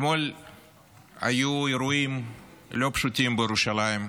אתמול היו אירועים לא פשוטים בירושלים.